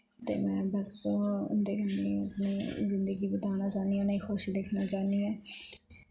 बस उंदे कन्नै अपनी जिंदगी बताना चाह्नी आं उनेंई खुश दिक्खना चाह्नी आं